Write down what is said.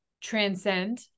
transcend